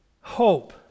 hope